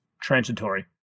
transitory